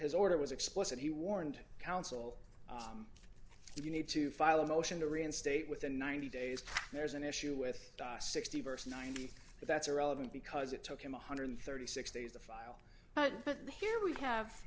his order was explicit he warned counsel if you need to file a motion to reinstate within ninety days there's an issue with sixty votes ninety but that's irrelevant because it took him one hundred and thirty six days to file but but here we have